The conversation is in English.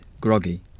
groggy